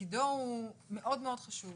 תפקידו הוא מאוד מאוד חשוב,